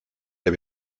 der